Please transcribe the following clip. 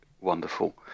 wonderful